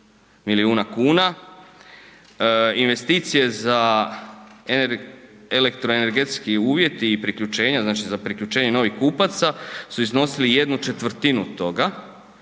milijuna kuna, investicije za elektroenergetski uvjet i priključenja, znači za priključenje novih kupaca su iznosili 1 četvrtinu toga,